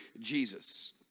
Jesus